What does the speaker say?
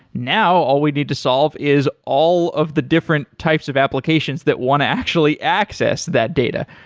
now, all we need to solve is all of the different types of applications that want to actually access that data.